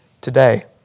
today